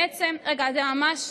רגע, זה ממש,